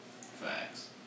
Facts